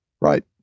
Right